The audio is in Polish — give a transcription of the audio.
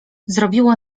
zrobiło